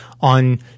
on